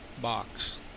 box